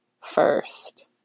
first